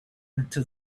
into